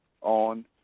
on